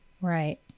Right